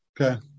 Okay